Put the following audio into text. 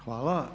Hvala.